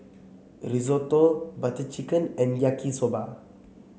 Risotto Butter Chicken and Yaki Soba